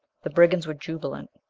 the brigands were jubilant.